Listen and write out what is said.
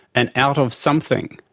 and out, of something.